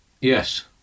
Yes